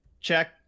check